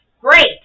Great